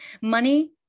Money